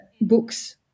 books